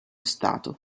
stato